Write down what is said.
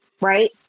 right